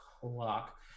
clock